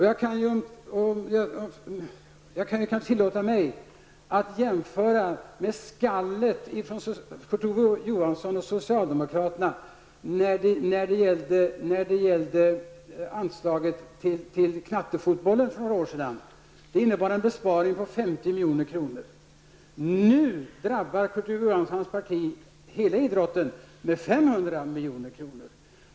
Jag kanske kan tillåta mig att jämföra med skallet från Kurt Ove Johansson och socialdemokraterna när det gällde anslaget till knattefotbollen för några år sedan. Det innebar en besparing på 50 milj.kr. Nu drabbas hela idrotten av Kurt Ove Johansson och hans parti med besparingar på 500 milj.kr.